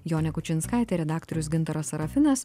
jonė kučinskaitė redaktorius gintaras serafinas